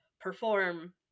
perform